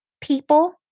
people